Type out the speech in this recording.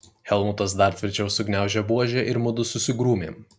helmutas dar tvirčiau sugniaužė buožę ir mudu susigrūmėm